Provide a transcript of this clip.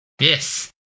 Yes